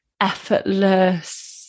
effortless